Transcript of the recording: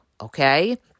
okay